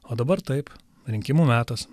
o dabar taip rinkimų metas